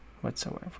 whatsoever